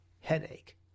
Headache